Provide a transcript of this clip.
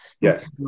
Yes